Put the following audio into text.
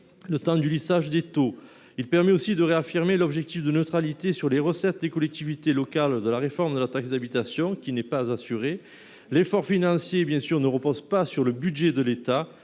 le temps du lissage des taux. Il permet aussi de réaffirmer l’objectif de neutralité sur les recettes des collectivités locales de la réforme de la taxe d’habitation, qui n’est pas assurée. L’effort financier ne repose pas sur le budget de l’État